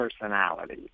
personality